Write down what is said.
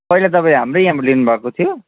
पहिला तपाईँ हाम्रै यहाँबाट लिनुभएको थियो